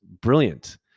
brilliant